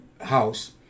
house